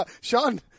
Sean